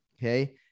Okay